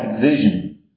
vision